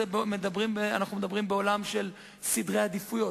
אנחנו מדברים בעולם של סדרי עדיפויות.